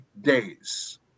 days